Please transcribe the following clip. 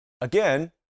again